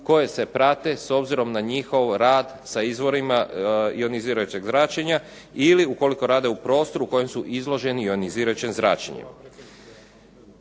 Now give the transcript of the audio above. koje se prate s obzirom na njihov rad sa izvorima ionizirajućeg zračenja ili ukoliko rade u prostoru u kojem su izloženi ili ukoliko rade